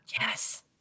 Yes